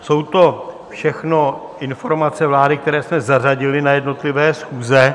Jsou to všechno informace vlády, které jsme zařadili na jednotlivé schůze.